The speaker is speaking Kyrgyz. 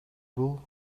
бул